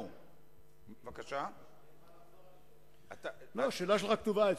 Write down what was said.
הוא אמר שאין על זה ויכוח,